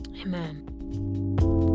Amen